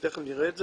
ותיכף נראה את זה,